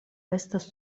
estas